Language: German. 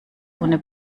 ohne